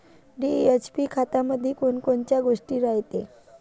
DAP खतामंदी कोनकोनच्या गोष्टी रायते?